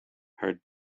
her